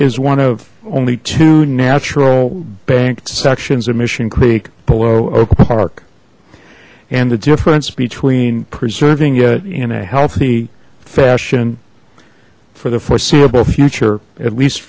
is one of only two natural banked sections of mission creek below oak park and the difference between preserving it in a healthy fashion for the foreseeable future at least